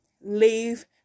leave